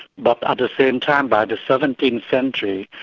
but at the same time by the seventeenth century,